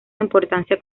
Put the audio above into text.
importancia